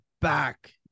back